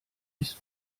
ist